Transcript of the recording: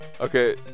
Okay